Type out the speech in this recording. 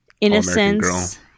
innocence